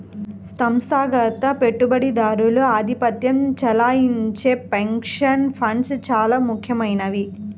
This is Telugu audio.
సంస్థాగత పెట్టుబడిదారులు ఆధిపత్యం చెలాయించే పెన్షన్ ఫండ్స్ చాలా ముఖ్యమైనవి